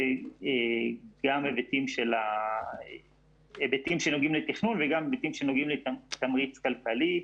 זה גם היבטים שנוגעים לתכנון וגם היבטים שנוגעים לתמריץ כלכלי.